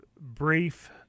brief